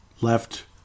left